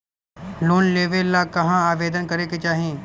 Loan लेवे ला कहाँ आवेदन करे के चाही?